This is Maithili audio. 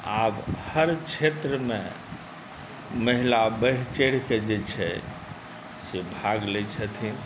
आब हर क्षेत्रमे महिला बढ़ि चढ़ि कऽ जे छै से भाग लैत छथिन